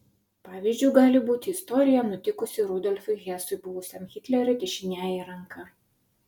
pavyzdžiu gali būti istorija nutikusi rudolfui hesui buvusiam hitlerio dešiniąja ranka